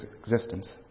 existence